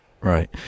Right